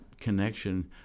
connection